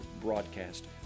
broadcast